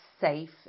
safe